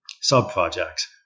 sub-projects